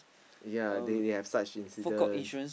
ya they have such incidence